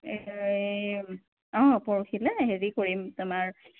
এই অঁ পৰহিলৈ হেৰি কৰিম তোমাৰ